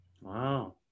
Wow